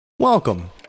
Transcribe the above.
Welcome